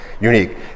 unique